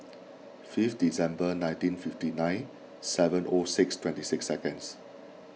fifth December nineteen fifty nine seven O six twenty six seconds